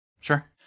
Sure